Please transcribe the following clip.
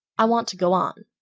i want to go on.